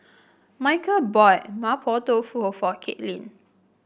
Micheal bought Mapo Tofu for Katelynn